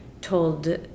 told